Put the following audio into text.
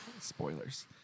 Spoilers